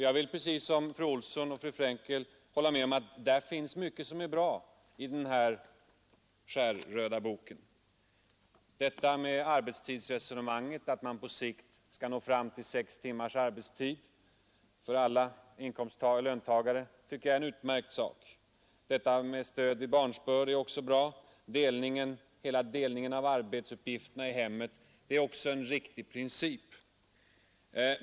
Jag tycker, precis som fru Olsson i Hölö och fru Frenkel, att det finns mycket som är bra i den här skär-röda boken: att man på sikt skall nå fram till sex timmars arbetsdag för löntagarna är utmärkt, stödet vid barnsbörd är också bra och principen om fördelning av arbetsuppgifterna i hemmet är riktig.